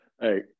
Hey